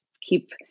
keep